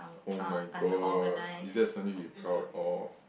[oh]-my-god is that something to be proud of